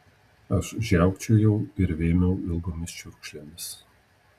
aš žiaukčiojau ir vėmiau ilgomis čiurkšlėmis